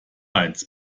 eins